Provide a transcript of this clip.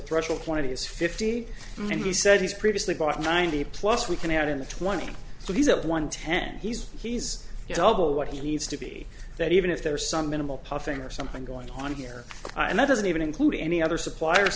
threshold point is fifty and he said he's previously bought ninety plus we can add in the twenty so he's at one ten he's he's doubled what he needs to be that even if there are some minimal puffing or something going on here and that doesn't even include any other suppliers